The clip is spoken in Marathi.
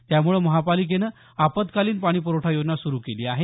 त्यामुळे महापालिकेनं आपत्कालीन पाणीप्रवठा योजना सुरू केली आहे